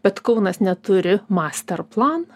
bet kaunas neturi master plan